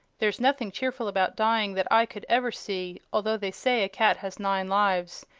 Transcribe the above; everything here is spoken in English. there's nothing cheerful about dying that i could ever see, although they say a cat has nine lives,